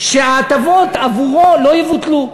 שההטבות עבורו לא יבוטלו.